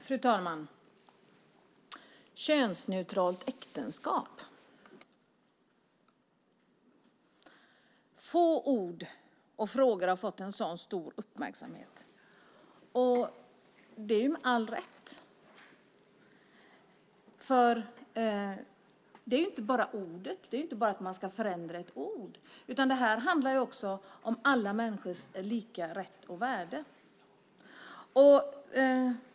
Fru talman! Få ord har fått så stor uppmärksamhet som könsneutralt äktenskap, och det med all rätt. Det är inte bara fråga om att förändra ett ord, utan det handlar också om alla människors lika rätt och värde.